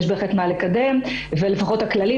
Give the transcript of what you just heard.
לפחות הכללית,